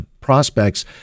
prospects